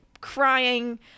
crying